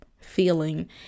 feeling